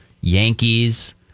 Yankees